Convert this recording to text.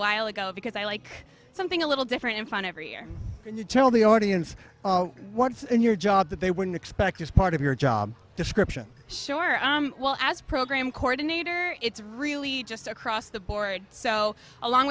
while ago because i like something a little different and fun every year to tell the audience what's in your job that they wouldn't expect as part of your job description sure well as program coordinator it's really just across the board so along